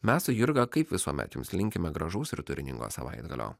mes su jurga kaip visuomet jums linkime gražaus ir turiningo savaitgalio